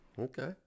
Okay